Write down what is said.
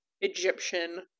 Egyptian